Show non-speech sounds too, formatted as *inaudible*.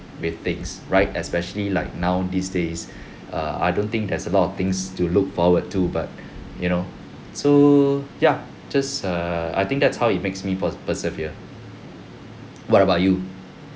with things right especially like now these days *breath* err I don't think there's a lot of things to look forward to but *breath* you know so ya just err I think that's how it makes me per~ persevere what about you